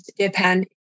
Japan